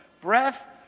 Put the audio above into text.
Breath